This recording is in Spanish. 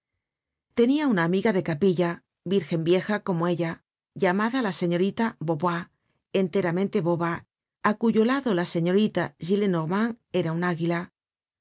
tenia una amiga de capilla virgen vieja como ella llamada la señorita vaubois enteramente boba á cuyo lado la señorita gillenormand era un águila